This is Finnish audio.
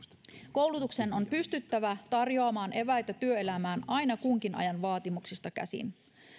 koulutuksen on pystyttävä tarjoamaan eväitä työelämään aina kunkin ajan vaatimuksista käsin